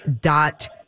dot